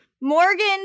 Morgan